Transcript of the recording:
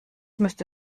müsste